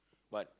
but